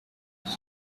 over